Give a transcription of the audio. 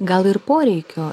gal ir poreikio